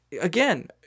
again